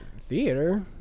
theater